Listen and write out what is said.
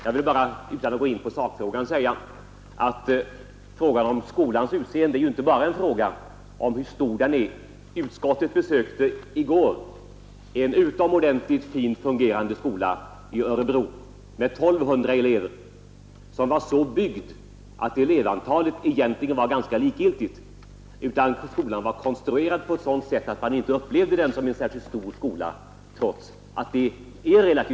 Jag vill bara utan att gå in på sakfrågan säga att skolans utseende inte bara är en fråga om hur stor den är. Utskottet besökte i går en utomordentligt fint fungerande skola i Örebro med 1 200 elever. Den var så byggd att elevantalet egentligen var ganska likgiltigt. Skolan var konstruerad på ett sådant sätt att man inte upplevde den som en särskilt stor skola trots att den var det.